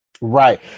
right